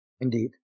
Indeed